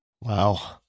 Wow